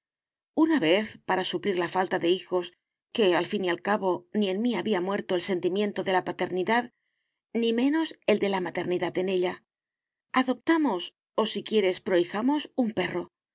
una vez para suplir la falta de hijos que al fin y al cabo ni en mí había muerto el sentimiento de la paternidad ni menos el de la maternidad en ella adoptamos o si quieres prohijamos un perro